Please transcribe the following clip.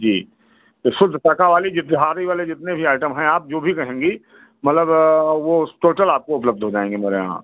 जी तो शुद्ध शाका वाली यह बिहारी वाले जितने भी आइटम हैं आप जो भी कहेंगी मतलब वह टोटल आपको उपलब्ध हो जाएँगे मेरे यहाँ